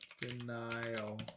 denial